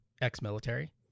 ex-military